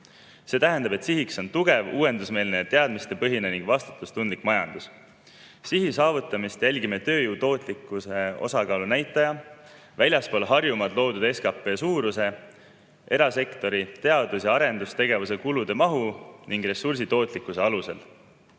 See tähendab, et sihiks on tugev, uuendusmeelne, teadmistepõhine ning vastutustundlik majandus. Selle sihi saavutamist jälgime tööjõu tootlikkuse osakaalu näitaja, väljaspool Harjumaad loodud SKP suuruse, erasektori teadus- ja arendustegevuse kulude mahu ning ressursitootlikkuse alusel.